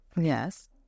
Yes